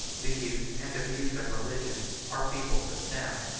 the use and abuse of religion are feeble to stem,